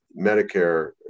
Medicare